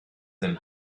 than